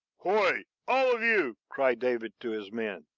hoi! all of you, cried david to his men.